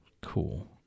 Cool